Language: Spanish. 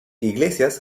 iglesias